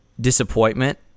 disappointment